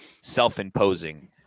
self-imposing